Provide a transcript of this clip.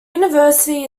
university